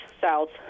south